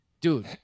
dude